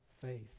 faith